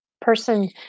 person